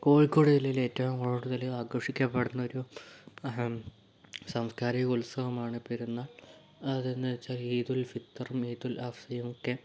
കോഴിക്കോട് ജില്ലയിലെ ഏറ്റവും കൂടുതൽ ആഘോഷിക്കപ്പെടുന്ന ഒരു സാംസ്ക്കാരിക ഉത്സവമാണ് പെരുന്നാൾ അതെന്ന് വച്ചാൽ ഈദുൽ ഫിത്തർ മേദുൽ അഫ്ലിയുമൊക്കെ